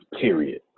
Period